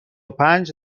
پنج